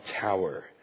tower